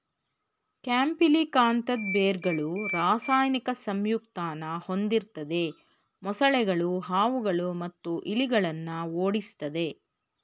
ಕ್ಯಾಂಪಿಲಿಕಾಂತದ್ ಬೇರ್ಗಳು ರಾಸಾಯನಿಕ ಸಂಯುಕ್ತನ ಹೊಂದಿರ್ತದೆ ಮೊಸಳೆಗಳು ಹಾವುಗಳು ಮತ್ತು ಇಲಿಗಳನ್ನ ಓಡಿಸ್ತದೆ